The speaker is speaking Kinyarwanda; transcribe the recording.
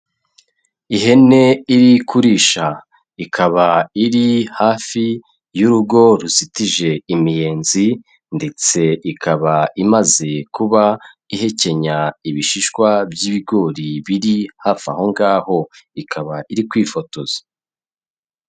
Ihene iri kurisha, ikaba iri hafi y'urugo ruzitije imiyenzi ndetse ikaba imaze kuba ihekenya ibishishwa by'ibigori biri hafi aho ngaho ikaba iri kwifotoza.